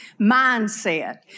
mindset